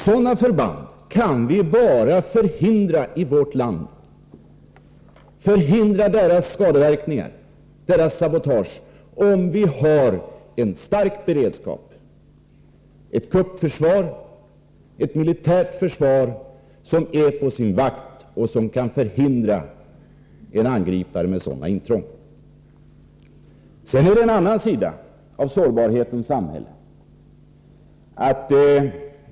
Sådana sabotageförband och deras skadeverkningar kan vi i vårt land bara förhindra om vi har en hög beredskap och ett starkt kuppförsvar — ett militärt försvar som är på sin vakt och som kan vidta åtgärder mot varje angripare som gör intrång. Det finns också en annan sida av samhällets sårbarhet.